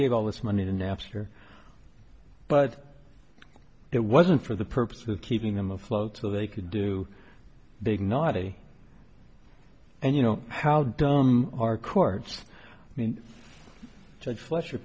gave all this money to napster but that wasn't for the purpose of keeping them afloat so they could do big noddy and you know how dumb our courts means to flesh or